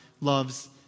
loves